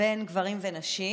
בין גברים לנשים,